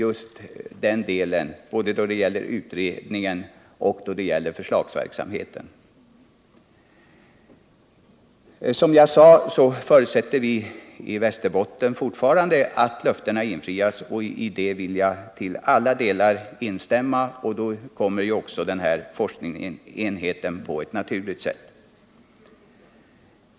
Detta gäller för både utredningen och förslagsverksamheten. Som jag sade förutsätter vi i Västerbotten fortfarande — det vill jag verkligen framhålla — att de löftena infrias, och då inordnas på ett naturligt sätt också en forskningsenhet i utbildningen.